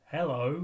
Hello